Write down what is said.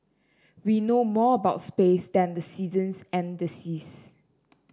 we know more about space than the seasons and the seas